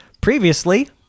Previously